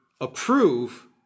approve